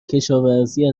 کشاوزی